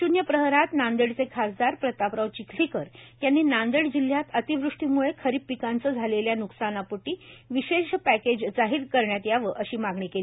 शून्य प्रहरात नांदेडचे खासदार प्रतापराव चिखलीकर यांनी नांदेड जिल्ह्यात अतिवृष्टीमुळे खरीप पिकांचं झालेल्या न्कसानीपोटी विशेष पॅकेज जाहीर करण्यात यावं अशी मागणी केली